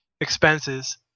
expenses